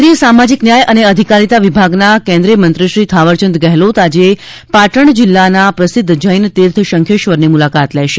કેન્દ્રિય સામાજીક ન્યાય અને અધિકારીતા વિભાગના કેન્દ્રિય મંત્રીશ્રી થાવરચંદ ગેહલોત આજે પાટણ જિલ્લાના પ્રસિદ્ધ જૈનતીર્થ શંખેશ્વરની મુલાકાત લેશે